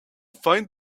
find